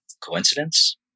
Coincidence